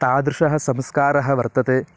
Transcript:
तादृशः संस्कारः वर्तते